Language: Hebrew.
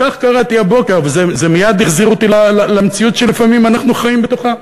כך קראתי הבוקר וזה החזיר אותי למציאות שלפעמים אנחנו חיים בתוכה.